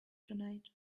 tonight